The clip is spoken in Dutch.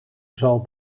zal